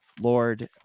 Lord